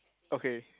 okay